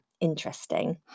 interesting